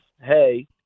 Hey